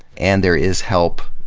and there is help,